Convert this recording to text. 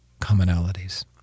commonalities